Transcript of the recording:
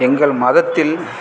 எங்கள் மதத்தில்